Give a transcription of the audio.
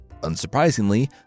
unsurprisingly